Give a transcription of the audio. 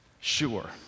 Sure